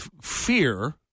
fear